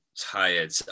tired